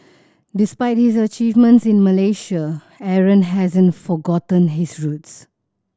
despite his achievements in Malaysia Aaron hasn't forgotten his roots